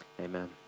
Amen